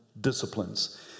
disciplines